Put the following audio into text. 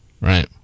Right